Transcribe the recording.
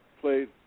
played